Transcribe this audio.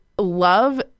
love